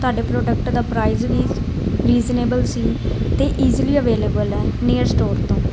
ਤੁਹਾਡੇ ਪ੍ਰੋਡਕਟ ਦਾ ਪ੍ਰਾਈਜ਼ ਵੀ ਰੀਜ਼ਨੇਬਲ ਸੀ ਅਤੇ ਇਜੀਲੀ ਅਵੇਲੇਬਲ ਹੈ ਨੀਅਰ ਸਟੋਰ ਤੋਂ